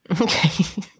Okay